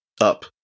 up